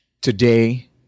today